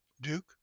duke